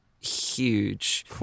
Huge